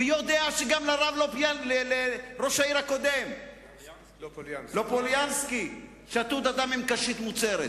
והוא יודע שגם לראש העיר הקודם לופוליאנסקי שתו את הדם עם קשית מוצרת.